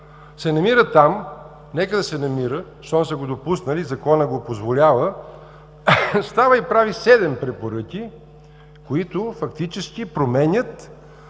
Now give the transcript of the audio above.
се намира там – нека се намира, щом са го допуснали и законът го позволява, става и прави седем препоръки, които фактически променят